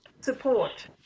support